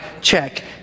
Check